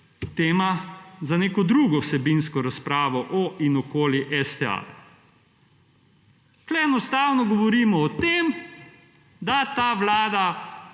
tema za neko drugo vsebinsko razpravo o in okoli STA. Tukaj enostavno govorimo o tem, da ta Vlada